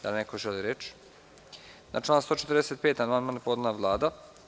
Da li neko želi reč? (Ne.) Na član 145. amandman je podnela Vlada.